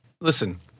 listen